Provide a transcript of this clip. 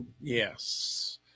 Yes